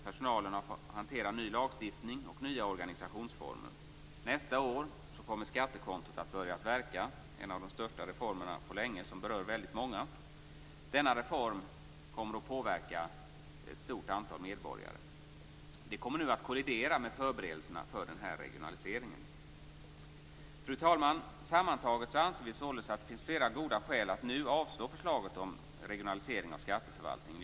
Personalen har fått hantera ny lagstiftning och nya organisationsformer. Nästa år kommer skattekontot att börja verka. Det är en av de största reformerna på länge och berör väldigt många. Denna reform kommer att påverka ett stort antal medborgare. Detta kommer nu att kollidera med förberedelserna för regionaliseringen. Fru talman! Sammantaget anser vi således att det finns flera goda skäl att nu avslå förslaget om regionalisering av skatteförvaltningen.